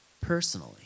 personally